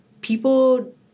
people